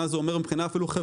מה זה אומר מבחינה חברתית,